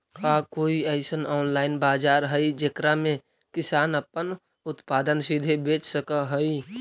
का कोई अइसन ऑनलाइन बाजार हई जेकरा में किसान अपन उत्पादन सीधे बेच सक हई?